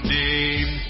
name